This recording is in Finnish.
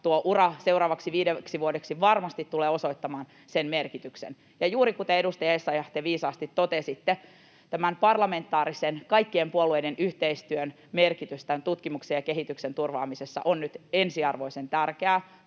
tuo ura seuraavaksi viideksi vuodeksi varmasti tulee osoittamaan sen merkityksen. Ja juuri kuten, edustaja Essayah, te viisaasti totesitte, tämän parlamentaarisen, kaikkien puolueiden yhteistyön merkitys tutkimuksen ja kehityksen turvaamisessa on nyt ensiarvoisen tärkeää